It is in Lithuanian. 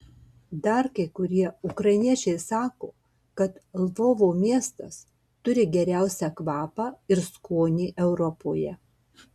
dar kai kurie ukrainiečiai sako kad lvovo miestas turi geriausią kvapą ir skonį europoje